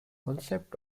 concept